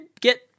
get